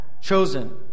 chosen